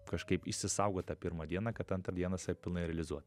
kažkaip išsisaugot tą pirmą dieną kad antrą dieną save pilnai realizuot